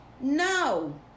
no